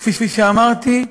כפי שאמרתי,